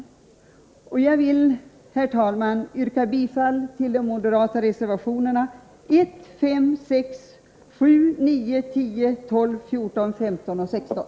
Jag vill, herr talman, yrka bifall till reservationerna 1, 5, 6, 7, 9, 10, 12, 14, 15 och 16.